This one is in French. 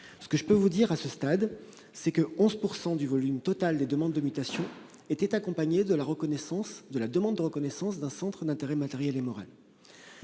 nombre de situations. À ce stade, 11 % du volume total des demandes de mutation était accompagné de la demande de reconnaissance d'un centre d'intérêt matériel et moral.